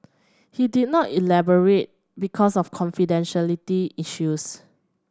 he did not elaborate because of confidentiality issues